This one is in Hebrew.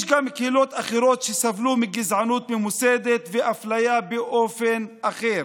יש גם קהילות אחרות שסבלו מגזענות ממוסדת ואפליה באופן אחר: